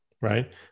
right